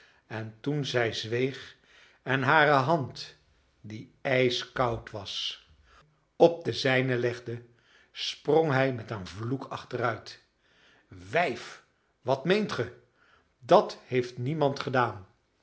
en toen zij zweeg en hare hand die ijskoud was op de zijne legde sprong hij met een vloek achteruit wijf wat meent ge dat heeft niemand gedaan